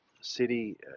city